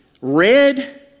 red